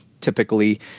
typically